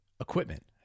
equipment